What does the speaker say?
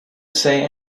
say